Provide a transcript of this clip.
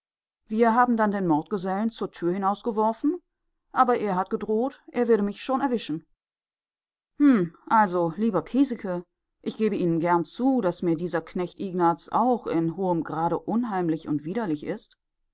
wir haben dann den mordgesellen zur tür hinausgeworfen aber er hat gedroht er werde mich schon erwischen hm also lieber piesecke ich gebe ihnen gern zu daß mir dieser knecht ignaz auch in hohem grade unheimlich und widerlich ist